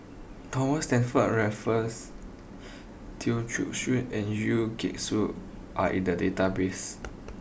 Thomas Stamford Raffles and Yeo Soon are in the database